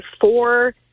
four